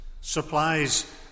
supplies